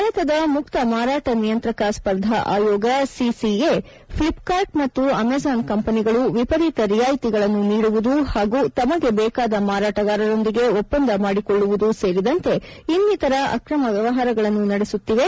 ಭಾರತದ ಮುಕ್ತ ಮಾರಾಟ ನಿಯಂತ್ರಕ ಸ್ಪರ್ಧಾ ಆಯೋಗ ಸಿಸಿಐ ಫಿಪ್ಕಾರ್ಟ್ ಮತ್ತು ಅಮೇಝಾನ್ ಕಂಪನಿಗಳು ವಿಪರೀತ ರಿಯಾಯಿತಿಗಳನ್ನು ನೀಡುವುದು ಹಾಗೂ ತಮಗೆ ಬೇಕಾದ ಮಾರಾಟಗಾರರೊಂದಿಗೆ ಒಪ್ಪಂದ ಮಾಡಿಕೊಳ್ಳುವುದೂ ಸೇರಿದಂತೆ ಇನ್ನಿತರ ಅಕ್ರಮ ವ್ಯವಹಾರಗಳನ್ನು ನಡೆಸುತ್ತಿವೆ